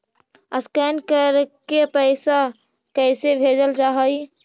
Scan करके पैसा कैसे भेजल जा हइ?